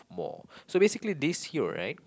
more so basically this hero right